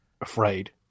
afraid